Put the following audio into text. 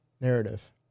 Narrative